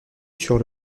sur